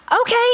okay